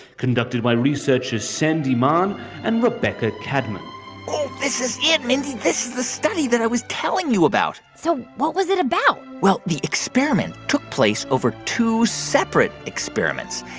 conducted by researchers sandy monn and rebecca cadman this is it, mindy. this is the study that i was telling you about so what was it about? well, the experiment took place over two separate experiments.